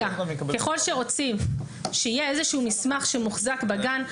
ככל שרוצים שיהיה איזשהו מסמך שמוחזק בגן,